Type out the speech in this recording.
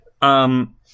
Um-